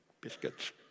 biscuits